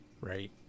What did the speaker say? right